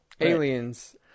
Aliens